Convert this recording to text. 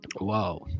wow